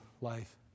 life